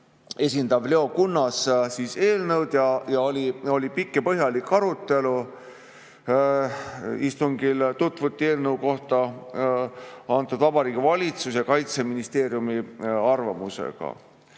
esindav Leo Kunnas eelnõu ning oli pikk ja põhjalik arutelu. Istungil tutvuti eelnõu kohta antud Vabariigi Valitsuse ja Kaitseministeeriumi arvamusega.